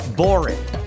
boring